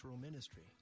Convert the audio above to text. ministry